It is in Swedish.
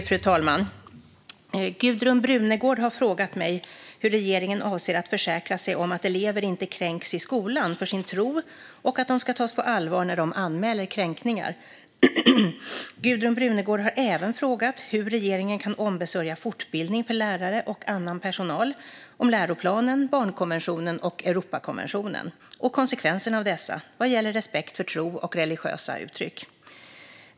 Fru talman! Gudrun Brunegård har frågat mig hur regeringen avser att försäkra sig om att elever inte kränks i skolan för sin tro och att de ska tas på allvar när de anmäler kränkningar. Gudrun Brunegård har även frågat hur regeringen kan ombesörja fortbildning för lärare och annan personal om läroplanen, barnkonventionen och Europakonventionen och konsekvenserna av dessa vad gäller respekt för tro och religiösa uttryck.